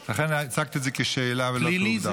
אם כי אכן הצגתי את זה כשאלה ולא כעובדה.